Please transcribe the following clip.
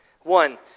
One